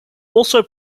also